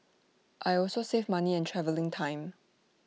I also save money and travelling time